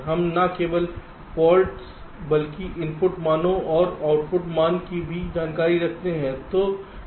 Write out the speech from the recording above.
हम न केवल फॉल्ट्स बल्कि इनपुट मानों और आउटपुट मान की भी जानकारी रखते हैं